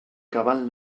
cabal